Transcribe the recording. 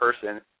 person